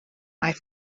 aeth